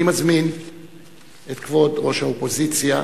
אני מזמין את כבוד ראש האופוזיציה.